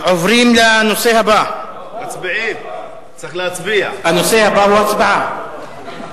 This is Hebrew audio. הנושא הבא הוא הצבעה.